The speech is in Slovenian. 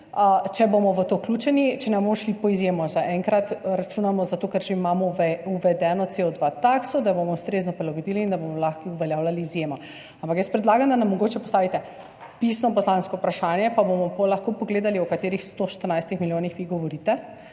če bomo v to vključeni, če ne, bomo šli v to kot v izjemo, zaenkrat računamo, zato ker že imamo uvedeno takso CO2, da jo bomo ustrezno prilagodili in da bomo lahko uveljavljali izjemo, ampak jaz predlagam, da nam mogoče postavite pisno poslansko vprašanje, pa bomo lahko pogledali, o katerih 114 milijonih vi govorite,